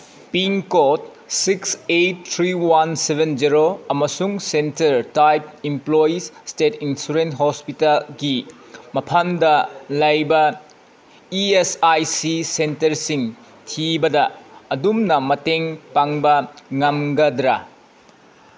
pincode six eight three one seven zero ꯑꯃꯁꯨꯡ centre type employees state insurance ꯍꯣꯁꯄꯤꯇꯥꯜꯒꯤ ꯃꯐꯝꯗ ꯂꯩꯕ ꯏ ꯑꯦꯁ ꯑꯥꯏ ꯁꯤ ꯁꯦꯟꯇꯔꯁꯤꯡ ꯊꯤꯕꯗ ꯑꯗꯣꯝꯅ ꯃꯇꯦꯡ ꯄꯥꯡꯕ ꯉꯝꯒꯗ꯭ꯔꯥ